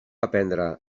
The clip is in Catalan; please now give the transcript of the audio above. aprendre